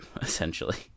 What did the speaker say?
essentially